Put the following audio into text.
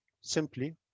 simply